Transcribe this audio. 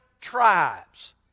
tribes